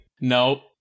Nope